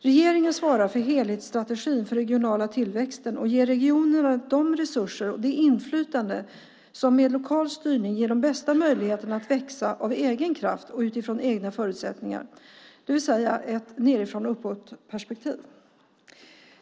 Regeringen svarar för helhetsstrategin för den regionala tillväxten och ger regionerna de resurser och det inflytande som med lokal styrning ger de bästa möjligheterna att växa av egen kraft och utifrån egna förutsättningar, det vill säga ett nedifrån-och-uppåt-perspektiv.